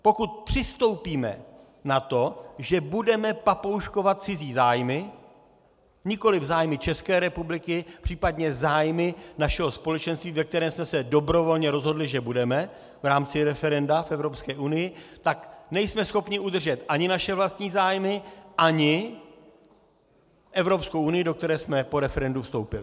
Pokud přistoupíme na to, že budeme papouškovat cizí zájmy, nikoli zájmy České republiky, případně zájmy našeho společenství, ve kterém jsme se dobrovolně rozhodli, že budeme, v rámci referenda, v Evropské unii, tak nejsme schopni udržet ani naše vlastní zájmy, ani Evropskou unii, do které jsme po referendu vstoupili.